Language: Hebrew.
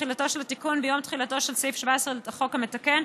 תחילתו של התיקון ביום תחילתו של סעיף 17 לחוק המתקן,